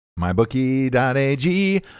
MyBookie.ag